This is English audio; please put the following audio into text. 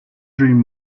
dream